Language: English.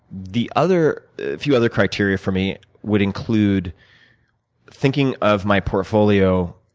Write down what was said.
the other few other criteria for me would include thinking of my portfolio,